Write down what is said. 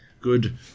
good